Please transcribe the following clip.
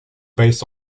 based